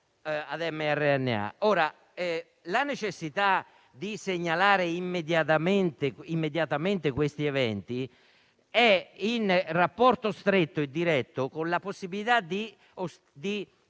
La necessità di segnalare immediatamente questi eventi è in rapporto stretto e diretto con la possibilità di trattare